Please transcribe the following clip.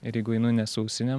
ir jeigu einu ne su ausinėm